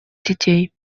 детей